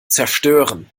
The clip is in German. zerstören